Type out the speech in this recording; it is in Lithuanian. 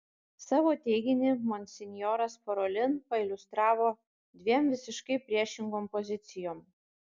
savo teiginį monsinjoras parolin pailiustravo dviem visiškai priešingom pozicijom